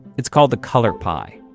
it's called the color pie.